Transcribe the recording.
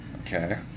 okay